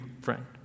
friend